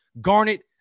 garnet